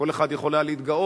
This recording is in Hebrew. כל אחד יכול היה להתגאות,